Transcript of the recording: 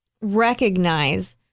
recognize